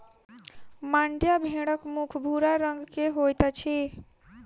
मांड्या भेड़क मुख भूरा रंग के होइत अछि